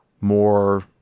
more